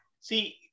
See